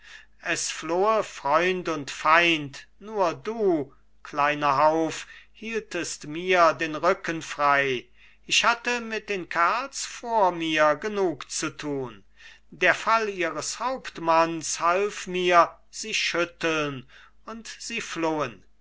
es flohe freund und feind nur du kleiner hauf hieltest mir den rücken frei ich hatte mit den kerls vor mir genug zu tun der fall ihres hauptmanns half mir sie schütteln und sie flohen